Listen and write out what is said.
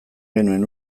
genuen